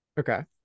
Okay